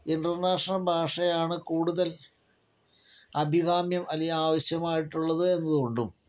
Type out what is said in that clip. international ഭാഷയാണ് കൂടുതൽ അഭികാമ്യം അല്ലെങ്കിൽ ആവശ്യമായിട്ടുള്ളത് എന്നതുകൊണ്ടും